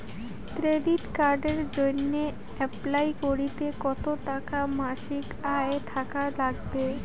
Credit কার্ডের জইন্যে apply করিতে কতো টাকা মাসিক আয় থাকা নাগবে?